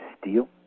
steal